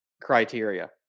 criteria